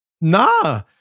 nah